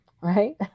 Right